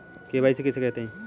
KYC किसे कहते हैं?